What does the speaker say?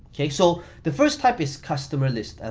okay, so the first type is customer list. and